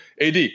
AD